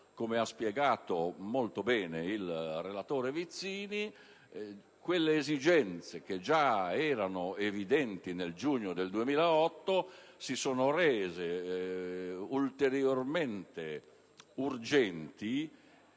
come ha spiegato molto bene il relatore Vizzini. Quelle esigenze che già erano evidenti nel giugno 2008 si sono rese ulteriormente urgenti